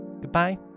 goodbye